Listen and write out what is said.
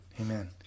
Amen